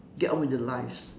get on with their lives